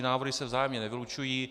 Návrhy se vzájemně nevylučují.